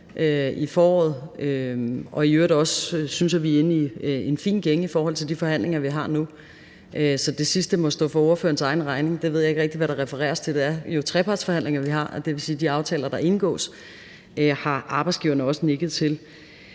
i foråret – og i øvrigt også synes, at vi er inde i en fin gænge i forhold til de forhandlinger, vi har nu. Så det sidste må stå for ordførerens egen regning – jeg ved ikke rigtig, hvad der refereres til. Det er jo trepartsforhandlinger, vi har, og det vil sige, at de aftaler, der indgås, har arbejdsgiverne også nikket til.